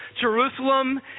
Jerusalem